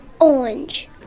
orange